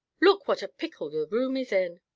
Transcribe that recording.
look what a pickle the room is in!